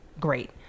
great